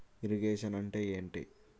Irrigation అంటే ఏంటీ?